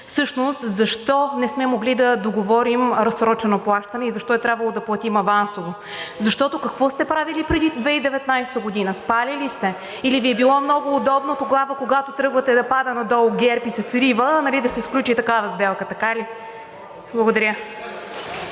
всъщност защо не сме могли да договорим разсрочено плащане и защо е трябвало да платим авансово. Защото какво сте правили преди 2019 г.? Спали ли сте? Или Ви е било много удобно тогава, когато тръгва да пада надолу ГЕРБ и се срива, нали, да се сключи такава сделка. Така